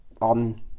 on